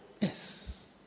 yes